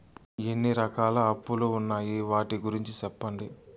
ఎన్ని రకాల అప్పులు ఉన్నాయి? వాటి గురించి సెప్పండి?